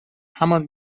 همان